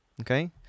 okay